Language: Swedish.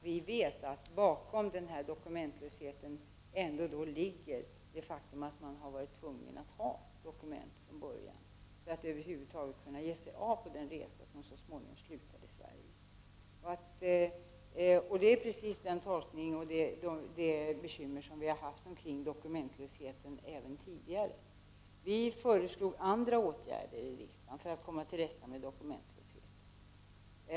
Vi vet att bakom den dokumentlöshet som vi i dag har ändå finns det faktum att flyktingarna varit tvungna att från början inneha dokument för att över huvud taget kunna ge sig av på den resa som så småningom slutar i Sverige. Detta är exakt den tolkning som regeringen tidigare har gjort av de bekymmer som vi haft beträffande dokumentlösheten. Regeringen föreslog i riksdagen andra åtgärder för att komma till rätta med dokumentlösheten.